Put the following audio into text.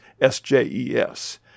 SJES